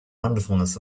wonderfulness